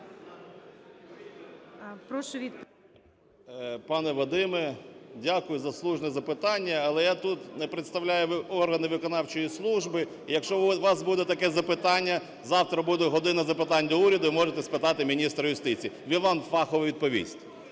Пане Вадиме, дякую за слушне запитання. Але я тут не представляю органи виконавчої служби. І якщо у вас буде таке запитання, завтра буде "година запитань до Уряду" і можете спитати міністра юстиції, він вам фахово відповість.